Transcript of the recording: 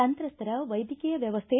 ಸಂತ್ರಸ್ತರ ವೈದ್ಯಕೀಯ ವ್ಯವಸ್ಥೆ